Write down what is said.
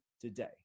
today